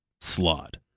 slot